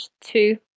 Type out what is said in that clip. two